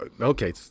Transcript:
okay